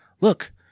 Look